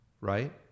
right